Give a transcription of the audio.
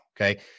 okay